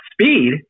speed